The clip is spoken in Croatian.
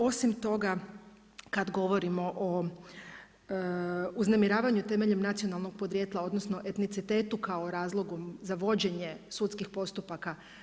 Osim toga kad govorimo o uznemiravanju temeljem nacionalnog podrijetla, odnosno etnicitetu kao razlogu za vođenje sudskih postupaka.